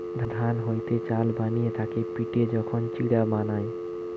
ধান হইতে চাল বানিয়ে তাকে পিটে যখন চিড়া বানায়